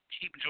keep